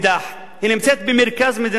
הוא נמצא במרכז מדינת ישראל.